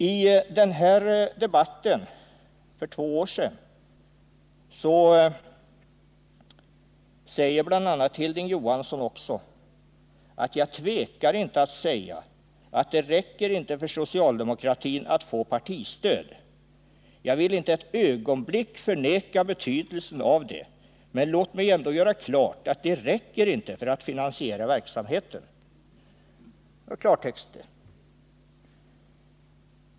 I debatten för två år sedan sade Hilding Johansson bl.a.: ”Jag tvekar inte 33 att säga att det räcker inte för socialdemokratin att få partistöd. ——— Jag vill inte ett ögonblick förneka betydelsen av det, men låt mig ändå göra klart att det räcker inte för att finansiera verksamheten.” Det var klartext det!